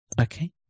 Okay